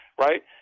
right